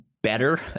better